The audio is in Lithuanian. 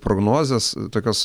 prognozės tokios